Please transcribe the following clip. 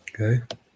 Okay